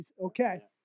Okay